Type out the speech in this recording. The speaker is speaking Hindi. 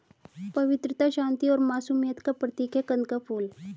पवित्रता, शांति और मासूमियत का प्रतीक है कंद का फूल